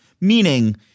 meaning